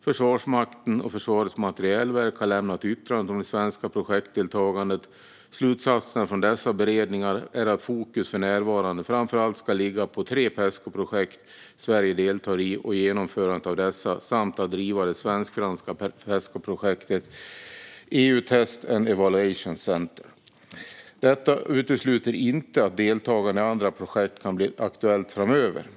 Försvarsmakten och Försvarets materielverk har lämnat yttranden om det svenska projektdeltagandet. Slutsatsen från dessa beredningar är att fokus för närvarande framför allt ska ligga på de tre Pescoprojekt Sverige deltar i och genomförandet av dessa samt på att driva det svensk-franska Pescoprojektet EU Test and Evaluation Centres. Detta utesluter inte att deltagande i andra projekt kan bli aktuellt framöver.